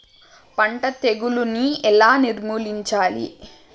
పంట తెగులుని ఎలా నిర్మూలించాలి?